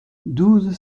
douze